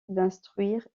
d’instruire